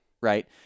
right